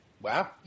Wow